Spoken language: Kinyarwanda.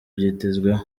byitezweho